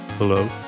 Hello